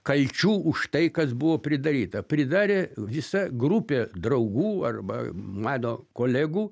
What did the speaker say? kalčių už tai kas buvo pridaryta pridarė visa grupė draugų arba mano kolegų